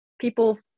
people